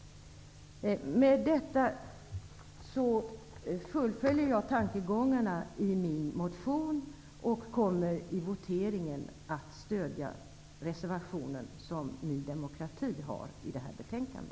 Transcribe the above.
Med detta fullföljer jag tankegångarna i min motion. Jag kommer vid voteringen att stödja reservationen från Ny demokrati till detta betänkande.